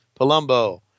Palumbo